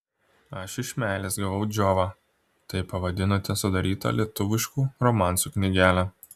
aš iš meilės gavau džiovą taip pavadinote sudarytą lietuviškų romansų knygelę